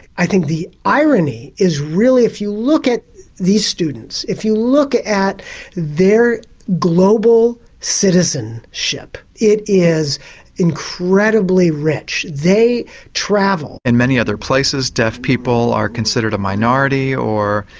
i think the irony is really if you look at these students, if you look at their global citizenship it is incredibly rich. they travel. in many other places deaf people are considered a minority or,